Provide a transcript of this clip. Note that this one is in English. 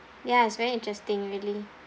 ya it's very interesting really